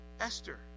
Esther